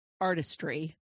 artistry